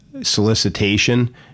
solicitation